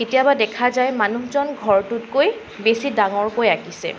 কেতিয়াবা দেখা যায় মানুহজন ঘৰটোতকৈ বেছি ডাঙৰকৈ আঁকিছে